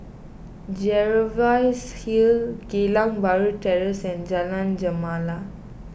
Jervois Hill Geylang Bahru Terrace and Jalan Gemala